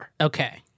Okay